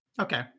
Okay